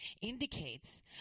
Indicates